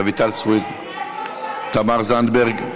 תמר זנדברג,